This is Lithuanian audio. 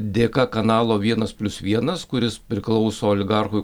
dėka kanalo vienas plius vienas kuris priklauso oligarchui